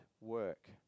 work